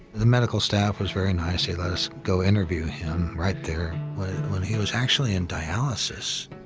the medical staff was very nice. he let us go interview him right there when he was actually in dialysis.